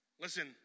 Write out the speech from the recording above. Listen